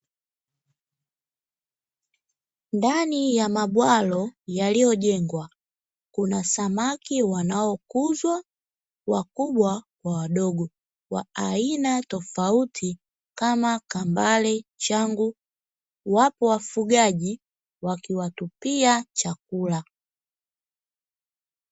Ndani ya mabwalo yaliyojengwa kuna samaki wanaokuzwa, wakubwa kwa wadogo, wa aina tofauti; kama kambale, changu. Wapo wafugaji wakiwatupia chakula.